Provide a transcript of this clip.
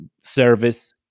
service